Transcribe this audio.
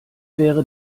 wäre